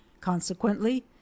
consequently